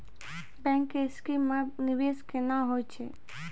Bank के scheme मे निवेश केना होय छै?